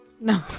No